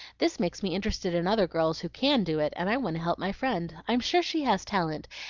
this makes me interested in other girls who can do it, and i want to help my friend. i'm sure she has talent,